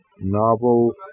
novel